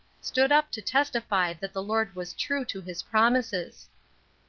stood up to testify that the lord was true to his promises.